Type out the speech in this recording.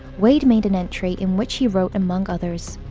wade made an entry in which he wrote among others,